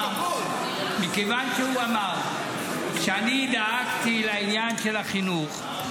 מכיוון שהוא אמר שאני דאגתי לעניין של החינוך,